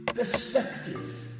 perspective